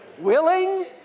willing